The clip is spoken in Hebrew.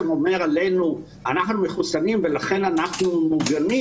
אומר לנו שאנחנו מחוסנים ולכן אנחנו מוגנים